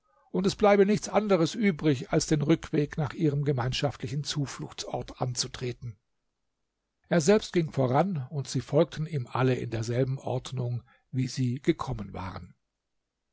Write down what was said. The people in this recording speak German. und es bleibe nichts anderes übrig als den rückweg nach ihrem gemeinschaftlichen zufluchtsort anzutreten er selbst ging voran und sie folgten ihm alle in derselben ordnung wie sie gekommen waren